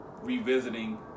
revisiting